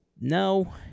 No